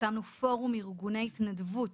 הקמנו פורום ארגוני התנדבות